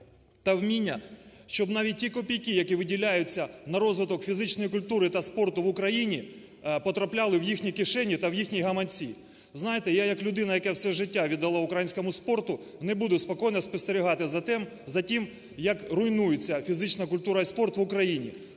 та вміння, щоб навіть ті копійки, які виділяються на розвиток фізичної культури та спорту в Україні, потрапляли в їхні кишені та в їхні гаманці. Ви знаєте, я як людина, яка все життя віддала українському спорту, не буду спокійно спостерігати за тим, як руйнується фізична культура і спорт в Україні.